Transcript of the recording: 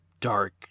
dark